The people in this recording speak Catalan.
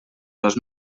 dos